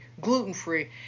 gluten-free